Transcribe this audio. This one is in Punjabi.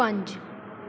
ਪੰਜ